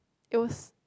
it was